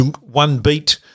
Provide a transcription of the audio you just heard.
one-beat